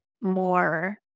more